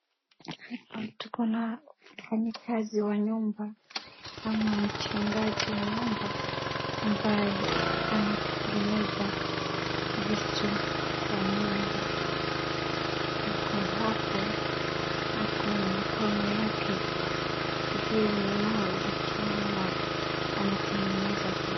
Tuko na mfanyikazi wa nyumba ama mjengaji wa nyumba ambaye anatengeneza vitu kwa nyumba. Ako hapo ako na mkono yake, sijui ni mawe, lakini anakitengeneza kitu.